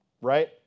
Right